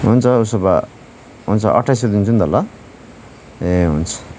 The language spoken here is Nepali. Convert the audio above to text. हुन्छ उसो भए हुन्छ अठ्ठाइस सौ दिन्छु नि त ल ए हुन्छ